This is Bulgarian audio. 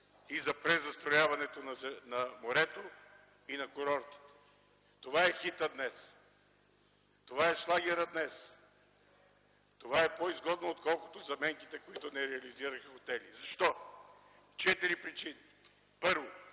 и за презастрояването на морето и на курортите. Това е хитът днес. Това е шлагерът днес. Това е по-изгодно, отколкото заменките, които не реализираха от тях. Защо? Има четири причини. Първо,